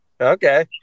okay